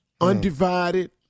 Undivided